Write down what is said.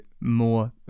more